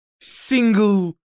single